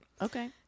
Okay